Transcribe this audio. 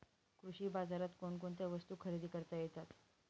कृषी बाजारात कोणकोणत्या वस्तू खरेदी करता येतात